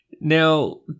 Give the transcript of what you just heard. Now